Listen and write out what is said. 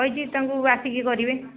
କହିଛି ତାଙ୍କୁ ଆସିକି କରିବେ